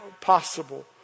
possible